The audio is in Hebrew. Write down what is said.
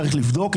צריך לבדוק.